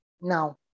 now